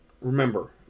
remember